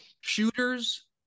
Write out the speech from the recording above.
shooters